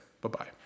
Bye-bye